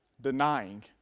denying